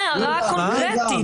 מה ההערה הקונקרטית?